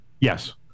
Yes